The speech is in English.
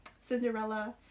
Cinderella